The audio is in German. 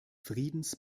friedens